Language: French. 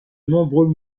nombreux